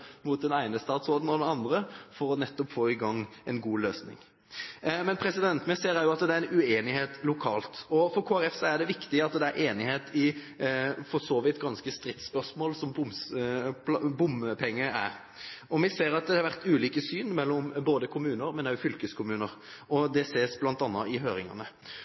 den ene og den andre statsråden for nettopp å få en god løsning. Men vi ser også at det er en uenighet lokalt. For Kristelig Folkeparti er det viktig at det er enighet i ganske store stridsspørsmål som det bompenger er. Vi ser at det er ulike syn i både kommuner og fylkeskommuner, det ser vi bl.a. i høringene.